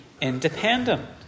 independent